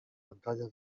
pantalla